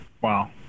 wow